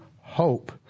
hope